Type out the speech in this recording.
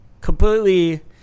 completely